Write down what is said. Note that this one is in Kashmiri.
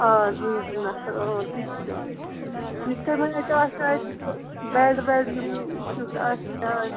آ زٕ زٕ نَفر تہِ تہِ چھُ یُتھ تۄہہِ وۄنۍ اَتہِ آسہِ اَتہِ بٮ۪ڈ وٮ۪ڈ یِم کیُتھ آسہِ کیٛاہ آسہِ